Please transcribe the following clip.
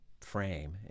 frame